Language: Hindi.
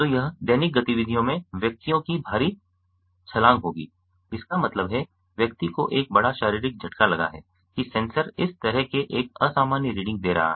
तो यह दैनिक गतिविधियों में व्यक्तियों की भारी छलांग होगी इसका मतलब है व्यक्ति को एक बड़ा शारीरिक झटका लगा है कि सेंसर इस तरह के एक असामान्य रीडिंग दे रहा है